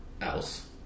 else